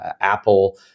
Apple